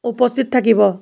উপস্থিত থাকিব